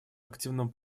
активным